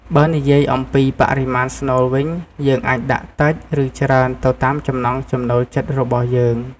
បើនិយាយអំពីបរិមាណស្នូលវិញ យើងអាចដាក់តិច ឬច្រើនទៅតាមចំណង់ចំណូលចិត្តរបស់យើង។